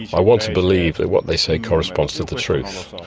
i want to believe that what they say corresponds to the truth.